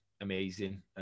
amazing